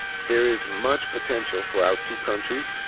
there is much potential for our two countries.